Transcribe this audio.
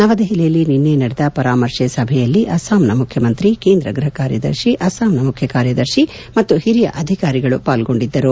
ನವದೆಹಲಿಯಲ್ಲಿ ನಿನ್ನೆ ನಡೆದ ಪರಾಮರ್ಶೆ ಸಭೆಯಲ್ಲಿ ಅಸ್ಲಾಂನ ಮುಖ್ಯಮಂತ್ರಿ ಕೇಂದ್ರ ಗೃಹ ಕಾರ್ಯದರ್ಶಿ ಅಸ್ಲಾಂನ ಮುಖ್ಯ ಕಾರ್ಯದರ್ಶಿ ಮತ್ತು ಹಿರಿಯ ಅಧಿಕಾರಿಗಳು ಪಾಲ್ಗೊಂಡಿದ್ದರು